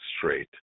straight